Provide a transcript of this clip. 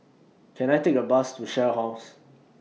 Can I Take A Bus to Shell House